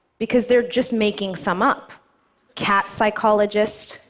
because they're just making some up cat psychologist,